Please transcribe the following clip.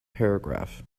paragraph